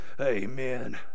Amen